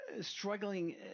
Struggling